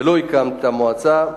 ולא הקמת את המועצה.